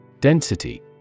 Density